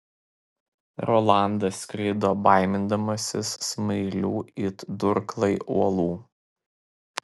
rolandas skrido baimindamasis smailių it durklai uolų